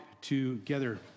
together